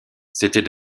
c’était